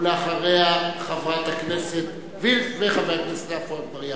אחריה, חברת הכנסת וילף וחבר הכנסת עפו אגבאריה.